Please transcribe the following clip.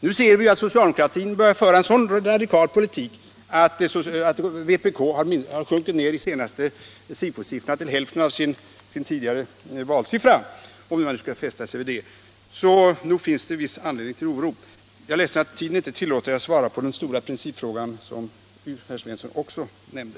Nu ser vi att socialdemokratin börjar föra en så radikal politik att vpk enligt de senaste SIFO-siffrorna har sjunkit ner till hälften av sin tidigare valsiffra, om man skall fästa sig vid det, så nog finns det viss anledning till oro. Jag är ledsen att tiden inte tillåter att jag svarar på den stora principfråga som ju herr Svensson i Malmö också nämnde.